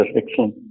excellent